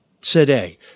today